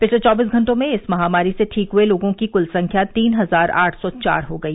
पिछले चौबीस घंटों में इस महामारी से ठीक हुए लोगों की कुल संख्या तीन हजार आठ सौ चार हो गई